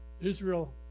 Israel